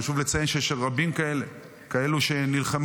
חשוב לי לציין שיש רבים כאלה, כאלה שנלחמו.